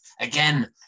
Again